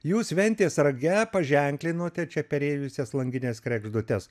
jūs ventės rage paženklinote čia perėjusias langines kregždutes